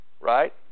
right